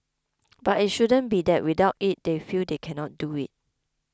but it shouldn't be that without it they feel they cannot do it